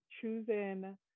choosing